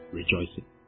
rejoicing